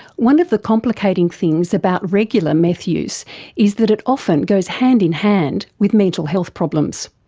one of the complicating things about regular meth use is that it often goes hand in hand with mental health problems.